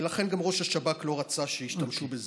ולכן גם ראש השב"כ לא רצה שישתמשו בזה.